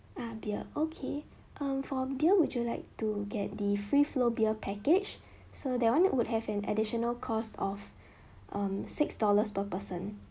ah beer okay um for beer would you like to get the free flow beer package so that [one] would have an additional cost of um six dollars per person